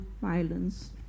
Violence